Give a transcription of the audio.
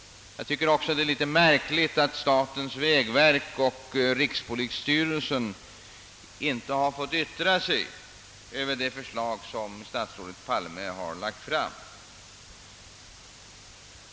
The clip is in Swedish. Jag anser det märkligt att statens vägverk och rikspolisstyrelsen inte har fått tillfälle att yttra sig om det förslag som statsrådet Palme lagt fram.